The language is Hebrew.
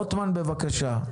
רוטמן, בבקשה.